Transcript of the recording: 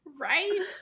Right